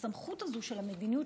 שהסמכות הזו של המדיניות,